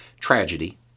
Tragedy